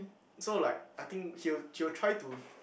so like I think he will he will try to